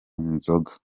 inzoga